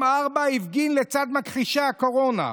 מקום רביעי, הפגין לצד מכחישי הקורונה,